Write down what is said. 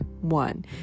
one